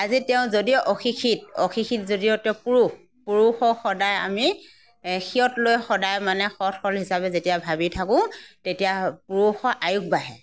কিয় আজি তেওঁ যদি অশিক্ষিত অশিক্ষিত যদিও তেওঁ পুৰুষ পুৰুষক সদায় আমি শিৰত লৈ সদায় মানে সৎ সৰল হিচাপে যেতিয়া ভাবি থাকোঁ তেতিয়া পুৰুষৰ আয়ুস বাঢ়ে